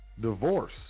divorce